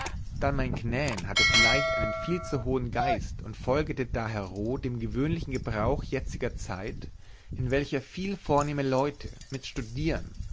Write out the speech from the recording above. dann mein knän hatte vielleicht einen viel zu hohen geist und folgete dahero dem gewöhnlichen gebrauch jetziger zeit in welcher viel vornehme leute mit studieren